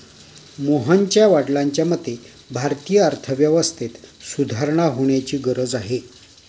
मोहनच्या वडिलांच्या मते, भारतीय अर्थव्यवस्थेत सुधारणा होण्याची गरज आहे